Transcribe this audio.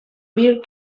bear